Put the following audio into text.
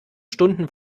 stunden